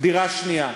דירה שנייה.